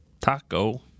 taco